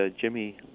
Jimmy